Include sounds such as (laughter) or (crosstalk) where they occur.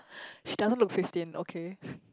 (breath) she doesn't look sixteen okay